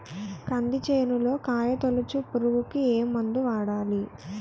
కంది చేనులో కాయతోలుచు పురుగుకి ఏ మందు వాడాలి?